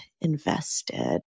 invested